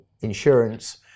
insurance